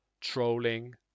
trolling